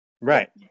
right